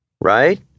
Right